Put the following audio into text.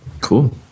Cool